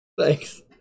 Thanks